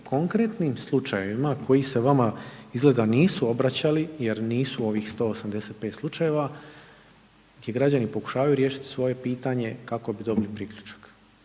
konkretnim slučajevima, koji se vama, izgleda nisu obraćali, jer nisu u ovih 185 slučajeva, ti građani pokušavaju riješiti svoje pitanje kako bi dobili priključak.